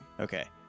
Okay